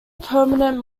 permanent